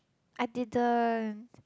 I didn't